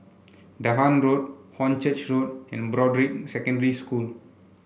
Dahan Road Hornchurch Road and Broadrick Secondary School